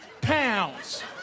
pounds